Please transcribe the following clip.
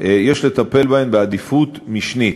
יש לטפל בהן בעדיפות משנית.